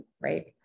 right